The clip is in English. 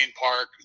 park